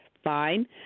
fine